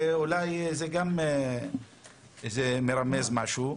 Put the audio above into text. אולי זה גם מרמז על משהו,